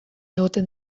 egoten